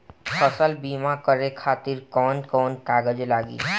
फसल बीमा करे खातिर कवन कवन कागज लागी?